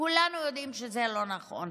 כולנו יודעים שזה לא נכון.